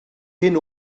hyn